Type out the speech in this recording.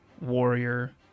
warrior